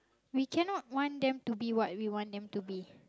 we cannot want them to be what we want them to be